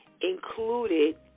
included